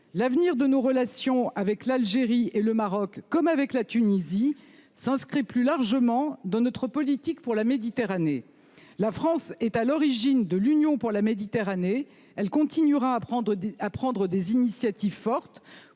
l'avenir de nos relations avec l'Algérie et le Maroc, comme avec la Tunisie, s'inscrit plus largement dans notre politique pour la Méditerranée. La France, qui est à l'origine de l'Union pour la Méditerranée, continuera à prendre des initiatives fortes